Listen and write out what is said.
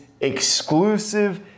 exclusive